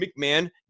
mcmahon